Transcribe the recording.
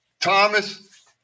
Thomas